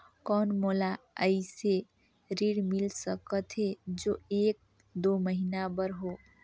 कौन मोला अइसे ऋण मिल सकथे जो एक दो महीना बर हो?